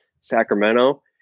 Sacramento